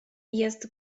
jest